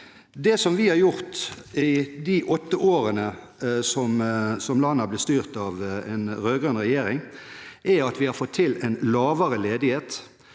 Det vi har gjort i de åtte årene som landet har blitt styrt av en rød-grønn regjering, er at vi har fått til en lavere ledighet.